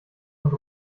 und